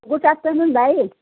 good afternoon भाइ